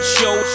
Show